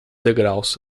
degraus